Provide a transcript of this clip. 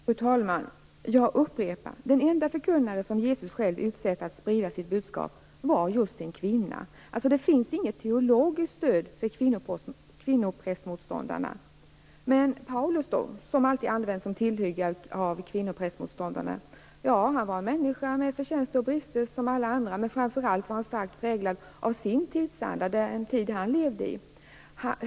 Fru talman! Jag upprepar: Den enda förkunnare som Jesus själv utsåg att sprida hans budskap var just en kvinna. Det finns alltså inget teologiskt stöd för kvinnoprästmotståndarna. Men hur är det då med Paulus, som alltid används som tillhygge av kvinnoprästmotståndarna? Ja, han var en människa, med förtjänster och brister som alla andra, men framför allt var han starkt präglad av sin tidsanda och den tid han levde i.